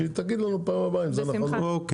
שתגיד לנו בפעם הבאה אם זה נכון או לא.